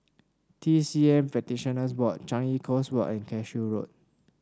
T C M Practitioners Board Changi Coast Walk and Cashew Road